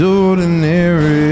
ordinary